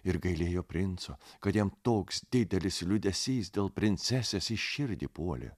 ir gailėjo princo kad jam toks didelis liūdesys dėl princesės į širdį puolė